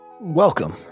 Welcome